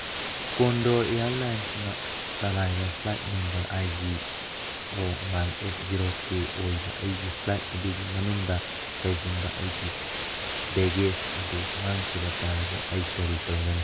condor ꯏꯌꯔꯂꯥꯏꯟꯁꯅ ꯆꯂꯥꯏꯕ flight number I G O one eight zero K ꯑꯣꯏꯕ ꯑꯩꯒꯤ ꯐ꯭ꯂꯥꯏꯠ ꯑꯗꯨꯒꯤ ꯃꯅꯨꯡꯗ ꯀꯔꯤꯒꯨꯝꯕ ꯑꯩꯒꯤ ꯕꯦꯒꯦꯁ ꯑꯗꯨ ꯃꯥꯡꯈꯤꯕ ꯇꯥꯔꯗꯤ ꯑꯩ ꯀꯔꯤ ꯇꯧꯒꯅꯤ